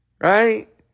Right